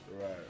Right